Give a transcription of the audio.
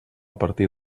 partir